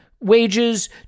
wages